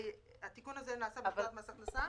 התיקון הזה נעשה בפקודת מס הכנסה,